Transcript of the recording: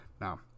Now